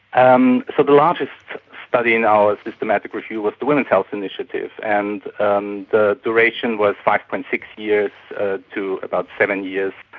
and so the largest study in our systematic review was the women's health initiative, and and the duration was five. six years ah to about seven years,